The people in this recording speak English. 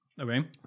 Okay